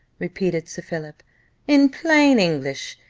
repeated sir philip in plain english,